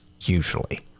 Usually